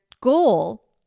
goal